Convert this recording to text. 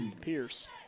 Pierce